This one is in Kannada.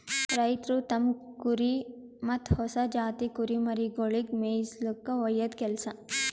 ರೈತ್ರು ತಮ್ಮ್ ಕುರಿ ಮತ್ತ್ ಹೊಸ ಜಾತಿ ಕುರಿಮರಿಗೊಳಿಗ್ ಮೇಯಿಸುಲ್ಕ ಒಯ್ಯದು ಕೆಲಸ